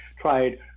tried